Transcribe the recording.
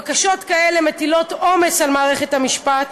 בקשות כאלה מטילות עומס על מערכת המשפט,